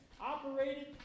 operated